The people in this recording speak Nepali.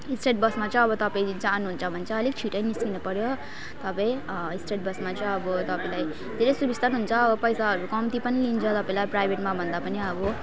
स्टेट बसमा चाहिँ अब तपाईँ जानुहुन्छ भने चाहिँ अलिक छिटै निस्किनु पऱ्यो तपाईँ स्टेट बसमा चाहिँ अब तपाईँलाई धेरै सुबिस्ता पनि हुन्छ पैसाहरू कम्ती पनि लिन्छ तपाईँलाई प्राइभेटमाभन्दा पनि अब